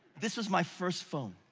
this was my first phone.